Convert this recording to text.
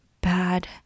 bad